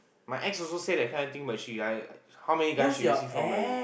my ex also say that kind of thing but she like how many you receive from already